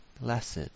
Blessed